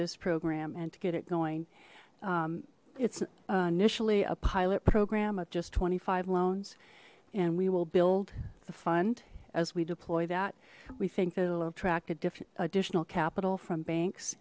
this program and to get it going it's initially a pilot program of just twenty five loans and we will build the fund as we deploy that we think that it'll attract a different additional capital from banks